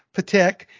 Patek